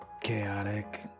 chaotic